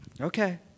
Okay